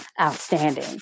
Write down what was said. outstanding